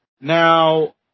Now